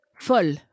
Full